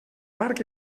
marc